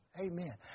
Amen